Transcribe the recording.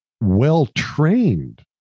well-trained